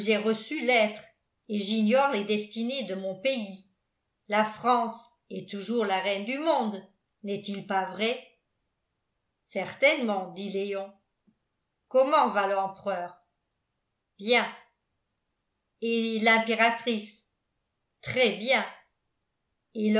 reçu l'être et j'ignore les destinées de mon pays la france est toujours la reine du monde n'est-il pas vrai certainement dit léon comment va l'empereur bien et l'impératrice très bien et